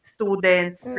students